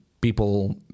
people